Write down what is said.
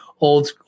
old